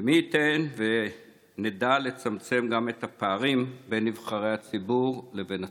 מי ייתן שנדע לצמצם גם את הפערים בין נבחרי הציבור לבין עצמם.